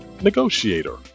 Negotiator